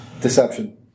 Deception